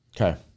Okay